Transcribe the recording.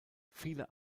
viele